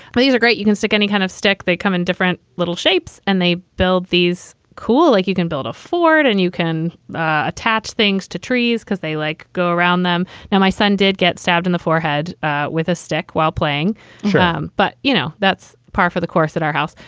well, these are great. you can take any kind of stick. they come in different little shapes and they build these cool like you can build a ford and you can attach things to trees because they, like, go around them. now, my son did get stabbed in the four head with a stick while playing sram. but you know, that's par for the course at our house.